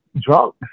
drunk